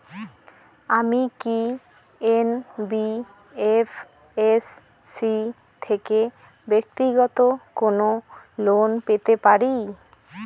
আমি কি এন.বি.এফ.এস.সি থেকে ব্যাক্তিগত কোনো লোন পেতে পারি?